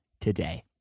today